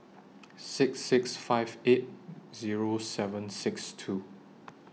six six five eight Zero seven six two